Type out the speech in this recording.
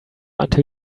until